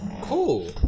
cool